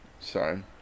sorry